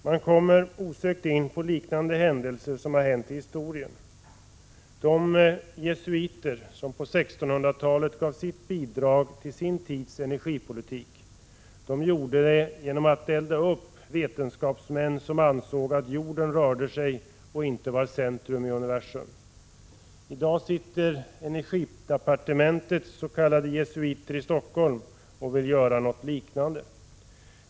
Man kommer osökt in på liknande händelser i historien. De jesuiter som på 1600-talet gav sitt bidrag till sin tids energipolitik gjorde det genom att elda upp vetenskapsmän som ansåg att jorden rörde sig och inte var centrum i universum. I dag sitter energidepartementets ”jesuiter” i Stockholm och vill göra något liknande.